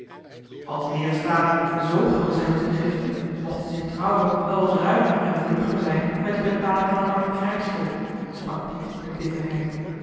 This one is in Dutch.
als de heeren staten zoo gul zijn met hunne giften mochten ze in trouwe wel wat ruimer en vlugger zijn met de betaling van t arme krijgsvolk sprak piet met bitterheid